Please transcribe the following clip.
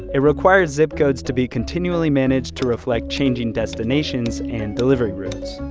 it requires zip codes to be continually managed to reflect changing destinations and delivery routes.